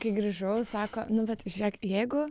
kai grįžau sako nu bet žiūrėk jeigu